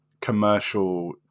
commercial